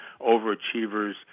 overachievers